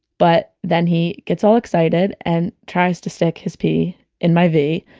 but then he gets all excited and tries to stick his p in my v,